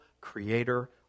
creator